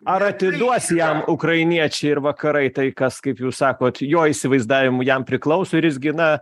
ar atiduos jam ukrainiečiai ir vakarai tai kas kaip jūs sakot jo įsivaizdavimu jam priklauso ir jis gi na